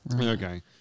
Okay